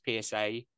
psa